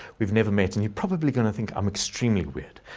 we've never met and you probably gonna think i'm extremely weird.